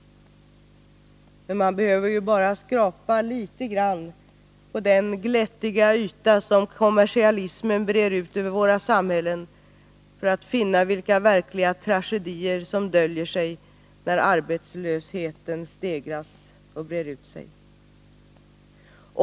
Men man behöver bara skrapa litet grand på den glättade yta som kommersialismen breder ut över våra samhällen för att finna vilka tragedier som döljer sig där arbetslösheten stegras och sprider sig.